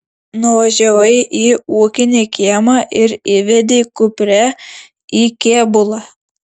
nuvažiavai į ūkinį kiemą ir įvedei kuprę į kėbulą